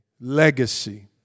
Legacy